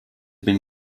been